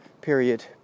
period